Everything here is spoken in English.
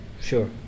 Sure